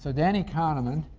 ah danny kahneman,